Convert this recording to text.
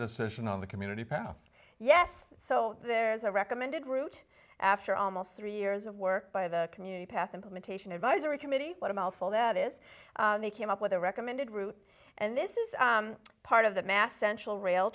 decision on the community power yes so there's a recommended route after almost three years of work by the community path implementation advisory committee what a mouthful that is they came up with a recommended route and this is part of the mass central rail